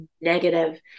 negative